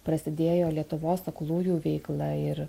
prasidėjo lietuvos aklųjų veikla ir